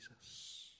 Jesus